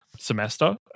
semester